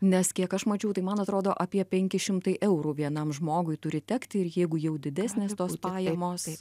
nes kiek aš mačiau tai man atrodo apie penki šimtai eurų vienam žmogui turi tekti ir jeigu jau didesnės tos pajamos